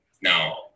now